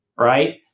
right